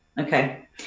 okay